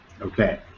Okay